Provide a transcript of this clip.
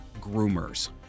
groomers